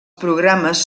programes